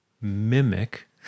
mimic